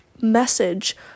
message